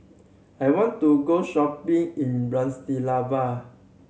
I want to go shopping in Bratislava